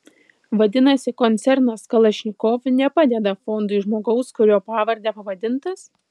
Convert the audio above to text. vadinasi koncernas kalašnikov nepadeda fondui žmogaus kurio pavarde pavadintas